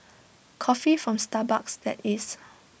coffee from Starbucks that is